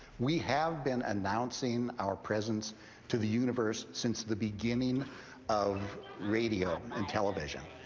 we have been announcing our presence to the universe since the beginning of radio and television.